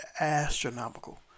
astronomical